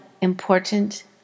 important